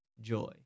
Joy